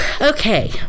okay